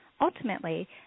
Ultimately